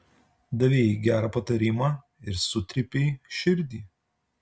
davei jai gerą patarimą ir sutrypei širdį